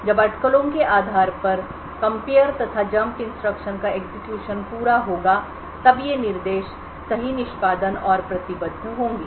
जब अटकलों के आधार पर तुलना कंपेयर तथा जंप इंस्ट्रक्शन का एग्जीक्यूशन पूरा होगा तब ये निर्देश सही निष्पादन और प्रतिबद्ध होंगे